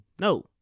No